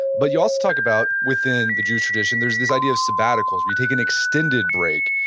but you also talk about within the jewish tradition, there's this idea of sabbaticals where you take an extended break.